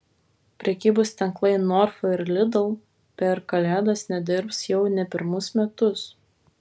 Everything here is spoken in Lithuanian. prekybos tinklai norfa ir lidl per kalėdas nedirbs jau ne pirmus metus